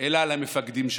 אלא על המפקדים שלכם.